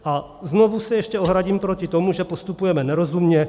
A znovu se ještě ohradím proti tomu, že postupujeme nerozumně.